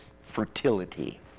fertility